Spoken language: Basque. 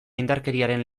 indarkeriaren